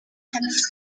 шаналж